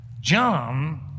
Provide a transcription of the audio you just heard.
John